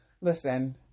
Listen